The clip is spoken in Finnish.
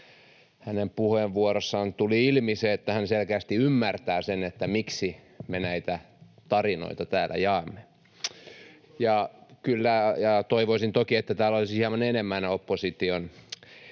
hänen puheenvuorossaan tuli ilmi se, että hän selkeästi ymmärtää, miksi me näitä tarinoita täällä jaamme. [Aki Lindénin välihuuto] Toivoisin toki, että täällä olisi hieman enemmän